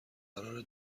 قراره